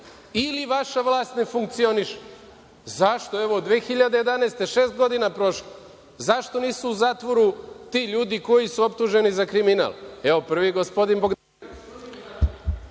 Ili vaša vlast ne funkcioniše. Zašto? Evo, od 2011. godine šest godina je prošlo. Zašto nisu u zatvoru ti ljudi koji su optuženi za kriminal, evo, prvi gospodin